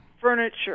furniture